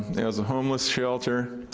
as a homeless shelter.